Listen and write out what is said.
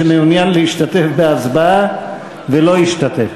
שמעוניין להשתתף בהצבעה ולא השתתף?